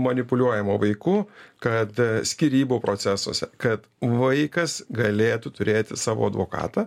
manipuliuojama vaiku kad skyrybų procesuose kad vaikas galėtų turėti savo advokatą